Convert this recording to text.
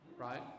Right